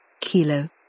Kilo